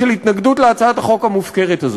בהתנגדות להצעת החוק המופקרת הזאת.